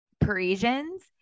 Parisians